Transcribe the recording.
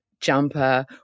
jumper